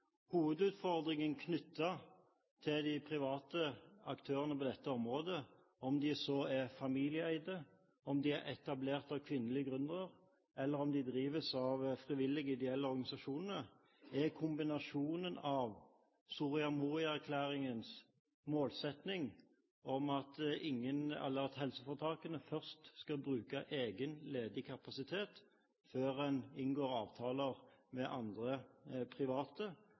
Hovedutfordringen knyttet til de private aktørene på dette området, om de så er familieeide, om de er etablert av kvinnelige gründere, eller om de drives av frivillige ideelle organisasjoner, er kombinasjonen av Soria Moria-erklæringens målsetting om at helseforetakene først skal bruke egen ledig kapasitet før en inngår avtaler med andre private,